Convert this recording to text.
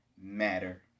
matter